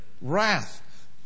wrath